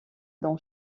dans